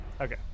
Okay